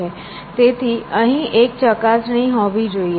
તેથી અહીં એક ચકાસણી હોવી જોઈએ